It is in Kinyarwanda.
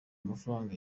mafaranga